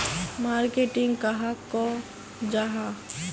Marketing कहाक को जाहा?